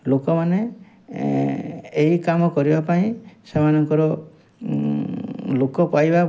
ଲୋକମାନେ ଏହି କାମ କରିବା ପାଇଁ ସେମାନଙ୍କର ଲୋକ ପାଇବା